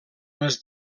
els